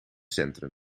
centrum